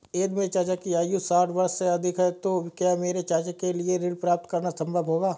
यदि मेरे चाचा की आयु साठ वर्ष से अधिक है तो क्या मेरे चाचा के लिए ऋण प्राप्त करना संभव होगा?